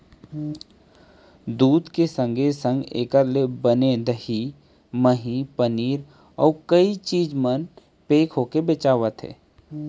दूद के संगे संग एकर ले बने दही, मही, पनीर, अउ कई चीज मन पेक होके बेचावत हें